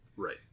Right